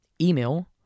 email